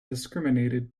discriminated